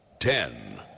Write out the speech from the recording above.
Ten